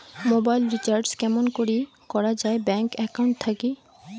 Mobile recharge কেমন করি করা যায় ব্যাংক একাউন্ট থাকি?